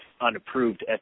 unapproved